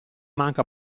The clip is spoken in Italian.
manca